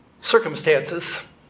circumstances